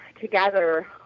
together